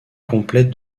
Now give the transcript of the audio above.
complet